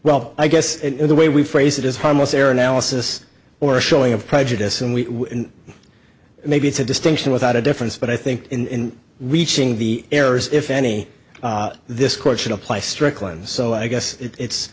well i guess in the way we phrased it is harmless error analysis or a showing of prejudice and we maybe it's a distinction without a difference but i think in reaching the errors if any this court should apply strickland so i guess it's